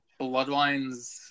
Bloodlines